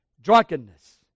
Drunkenness